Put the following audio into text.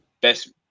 best